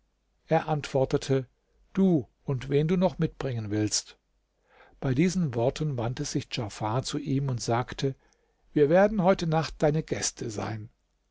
er antwortete du und wen du noch mitbringen willst bei diesen worten wandte sich djafar zu ihm und sagte wir werden heute nacht deine gäste sein